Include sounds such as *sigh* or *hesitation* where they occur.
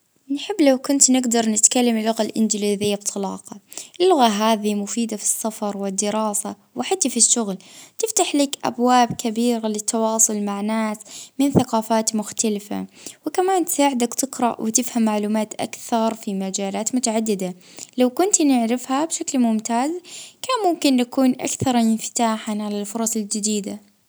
أنا أتمنى أن نتكلم اللغة اليابانية خاطر أن أنى معجبة بالثقافة اليابانية من المانجو والانمي *hesitation* حتى للعادات والتقاليد حتى هي يعني *hesitation* وحابة نزور اليابان يوما ما.